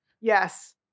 Yes